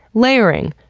layering,